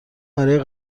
برای